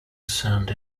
send